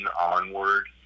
onward